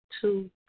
two